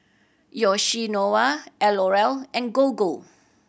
Yoshinoya L'Oreal and Gogo